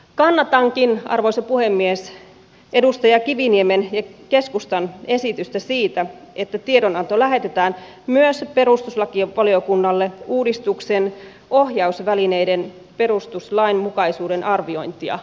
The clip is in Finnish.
kannatankin arvoisa puhemies edustaja kiviniemen ja keskustan esitystä siitä että tiedonanto lähetetään myös perustuslakivaliokunnalle uudistuksen ohjausvälineiden perustuslainmukaisuuden arviointia varten